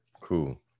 Cool